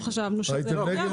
חשבנו שזה פוגע בעסקים קטנים.